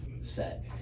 set